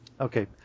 Okay